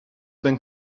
been